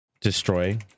destroy